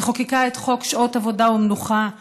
היא חוקקה את חוק שעות עבודה ומנוחה,